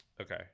okay